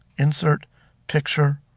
insert picture,